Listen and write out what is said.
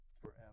forever